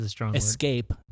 escape